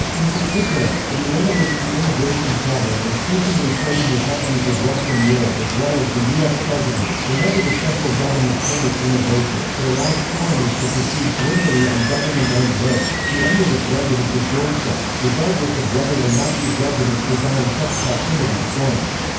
in particular, it eliminates the immigration problem increasingly plaguing the countries of western europe as well as the u s. presently, whenever the central government permits immigration, it allows foreigners to proceed literally on government-owned roads to any of its residents' doorsteps, regardless of whether or not these residents desire such proximity to foreigners.